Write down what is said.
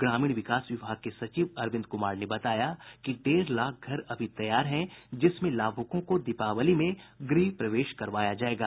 ग्रामीण विकास विभाग के सचिव अरविंद कुमार ने बताया कि डेढ़ लाख घर अभी तैयार हैं जिसमें लाभुकों को दीपावली में गृह प्रवेश करवाया जायेगा